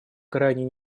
крайней